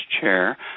chair